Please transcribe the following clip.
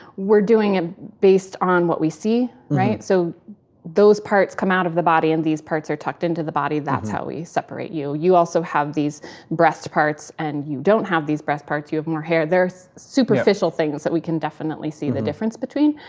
we're doing it based on what we see. right? so those parts come out of the body, and these parts are tucked into the body. that's how we separate you. you also have these breast parts and you don't have these breast parts, you have more hair. there's superficial things that we can definitely see the difference between,